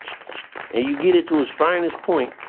and you get it to its finest point,